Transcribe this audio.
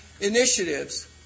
initiatives